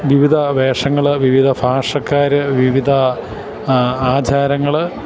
വിവിധ വേഷങ്ങള് വിവിധ ഭാഷക്കാര് വിവിധ ആചാരങ്ങള്